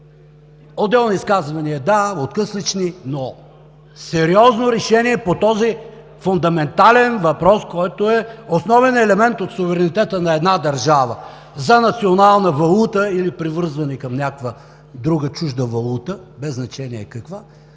Отделни изказвания – да, откъслечни, но сериозно решение по този фундаментален въпрос, който е основен елемент от суверенитета на една държава – за национална валута или привързване към някаква друга чужда валута, без значение каква,